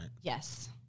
Yes